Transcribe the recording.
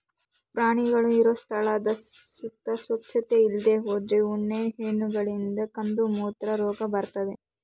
ಪ್ರಾಣಿಗಳು ಇರೋ ಸ್ಥಳದ ಸುತ್ತ ಸ್ವಚ್ಚತೆ ಇಲ್ದೇ ಹೋದ್ರೆ ಉಣ್ಣೆ ಹೇನುಗಳಿಂದ ಕಂದುಮೂತ್ರ ರೋಗ ಬರ್ತದೆ